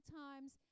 times